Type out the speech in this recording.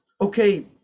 okay